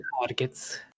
targets